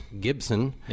Gibson